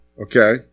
okay